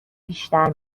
بیشتر